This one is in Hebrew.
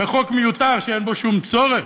בחוק מיותר שאין בו שום צורך?